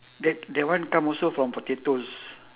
that that one come also from potatoes